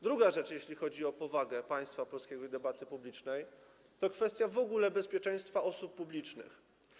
Druga rzecz, jeśli chodzi o powagę państwa polskiego i debaty publicznej, to jest kwestia w ogóle bezpieczeństwa osób publicznych.